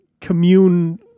commune